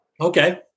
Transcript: Okay